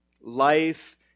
Life